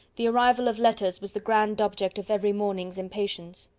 the arrival of letters was the grand object of every morning's impatience.